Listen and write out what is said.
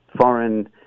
foreign